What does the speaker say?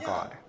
God